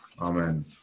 Amen